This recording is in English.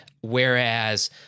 Whereas